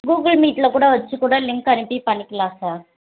கூகுள்மீட்டில் கூட வச்சு கூட லிங்க் அனுப்பி பண்ணிக்கலாம் சார்